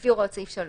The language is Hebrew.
לפי הוראות סעיף 3,